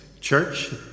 church